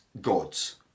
god's